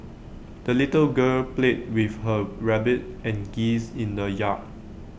the little girl played with her rabbit and geese in the yard